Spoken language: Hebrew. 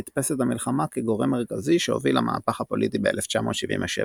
נתפסת המלחמה כגורם מרכזי שהוביל למהפך הפוליטי ב-1977.